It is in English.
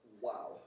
wow